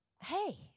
hey